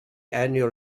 annual